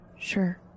Sure